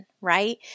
right